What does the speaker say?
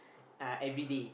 uh everyday